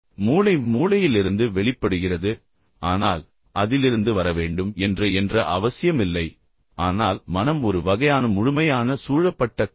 மூளை மூளையிலிருந்து வெளிப்படுகிறது ஆனால் அதிலிருந்து வரவேண்டும் என்ற என்ற அவசியமில்லை ஆனால் மனம் ஒரு வகையான முழுமையான சூழப்பட்ட கருத்து